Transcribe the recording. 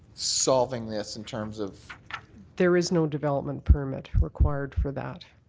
solving this in terms of there is no development permit required for that.